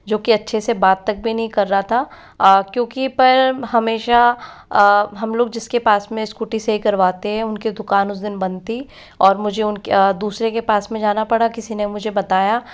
जो कि अच्छे से बात तक भी नहीं कर रहा था क्योंकि पर हमेशा हम लोग जिसके पास में स्कूटी सही करवाते हैं उनकी दुकान उस दिन बंद थी और मुझे उनके दूसरे के पास में जाना पड़ा किसी ने मुझे बताया